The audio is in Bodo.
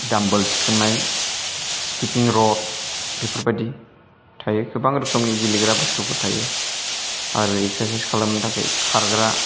दाम्बेल थिखांनाय स्किपिं र'प बेफोरबायदि थायो गोबां रोखोमनि गेलेग्रा बुस्थुफोर थायो आरो एक्सारसाइस खालामनो थाखाय खारग्रा